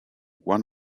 one